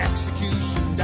Execution